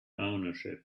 ownership